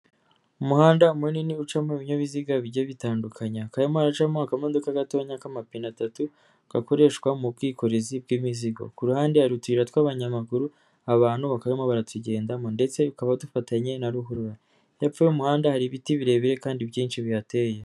Umuhanda munini ucamo ibinyabiziga bigiye bitandukanye, hakaba harimo haracamo akamodoka gatoya k'amapine atatu, gakoreshwa mu bwikorezi bw'imizigo, ku ruhande hari utuyira tw'abanyamaguru, abantu bakaba barimo baratugendamo ndetse ukaba dufatanye na ruhurura, hepfo y'umuhanda hari ibiti birebire kandi byinshi bihateye.